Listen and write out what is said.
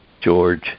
George